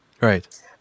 Right